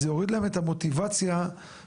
זה יוריד להם את המוטיבציה באמת,